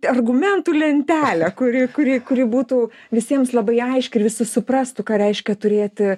argumentų lentelę kuri kuri kuri būtų visiems labai aiški ir visi suprastų ką reiškia turėti